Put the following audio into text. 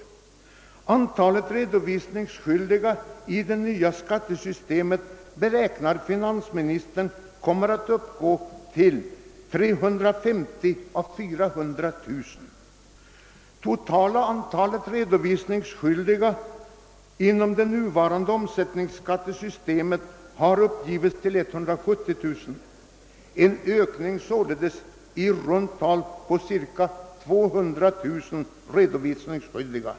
Finansministern beräknar att antalet redovisningsskyldiga enligt det nya skattesystemet kommer att uppgå till 350 000 å 400 000. Totala antalet redovisningsskyldiga enligt det nuvarande systemet med omsättningsskatt har uppgivits till 170 000. Det blir således en ökning på i runt tal 200 000.